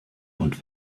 und